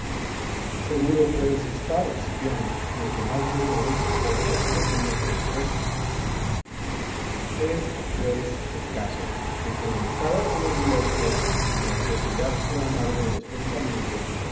seguro puedes estar cipión de que más murmure porque así lo tengo prosupuesto es pues el caso que como me estaba todo el día ocioso y la ociosidad sea madre de los pensamientos